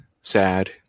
sad